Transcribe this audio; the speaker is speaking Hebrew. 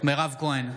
מירב כהן,